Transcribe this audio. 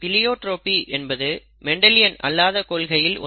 pleiotropy என்பது Mendelian அல்லாத கொள்கையில் ஒன்று